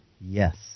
Yes